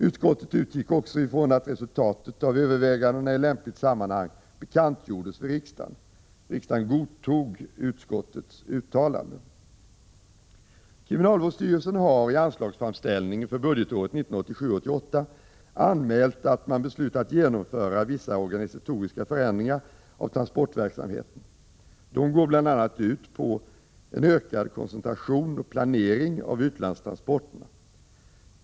Utskottet utgick också ifrån att resultatet av övervägandena i lämpligt sammanhang bekantgjordes för riksdagen. Riksdagen godtog utskottets uttalande. Kriminalvårdsstyrelsen har i anslagsframställningen för budgetåret 1987/ 88 anmält att man beslutat genomföra vissa organisatoriska förändringar av transportverksamheten. Dessa går bl.a. ut på en ökad koncentration och planering av utlandstransporterna.